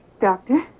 Doctor